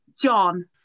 John